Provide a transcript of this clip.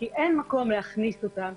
כי אין מקום להכניס אותם,